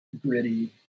gritty